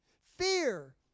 fear